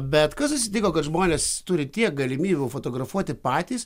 bet kas atsitiko kad žmonės turi tiek galimybių fotografuoti patys